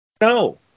No